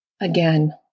Again